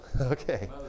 Okay